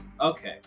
Okay